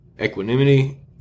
Equanimity